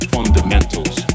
Fundamentals